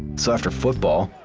so after football,